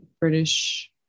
British